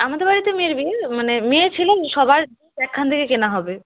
আমাদের বাড়িতে মেয়ের বিয়ে মানে মেয়ে ছেলে সবার একখান থেকে কেনা হবে